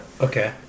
Okay